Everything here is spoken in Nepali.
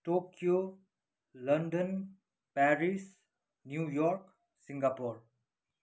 Tokyo London Paris New York Singapore